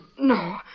No